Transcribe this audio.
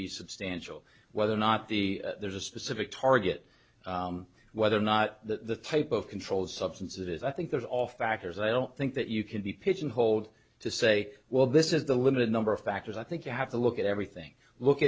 be substantial whether or not the there's a specific target whether or not the type of controlled substance that is i think that all factors i don't think that you can be pigeon holed to say well this is the limited number of factors i think you have to look at everything look